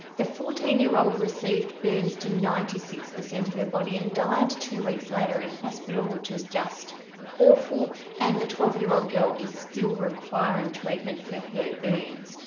the fourteen-year-old received burns to ninety six percent of her body and died two weeks later in hospital which is just awful and the twelve year old girl is still requiring treatment for her burns.